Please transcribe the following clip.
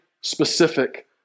specific